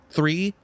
Three